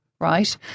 right